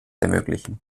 ermöglichen